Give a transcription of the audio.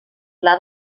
pla